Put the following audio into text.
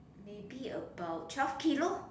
maybe about twelve kilo